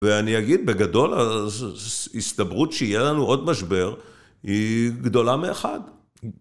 ואני אגיד, בגדול ההסתברות שיהיה לנו עוד משבר היא גדולה מאחד.